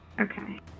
Okay